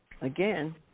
again